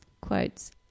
quotes